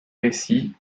récits